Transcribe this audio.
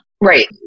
Right